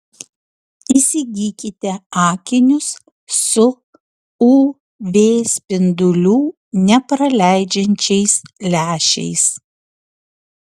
įsigykite akinius su uv spindulių nepraleidžiančiais lęšiais